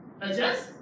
adjust